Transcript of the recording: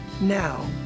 Now